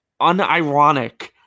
unironic